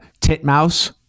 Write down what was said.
Titmouse